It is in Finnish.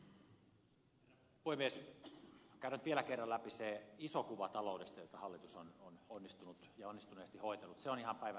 käydään nyt vielä kerran läpi se iso kuva taloudesta jota hallitus on onnistuneesti hoitanut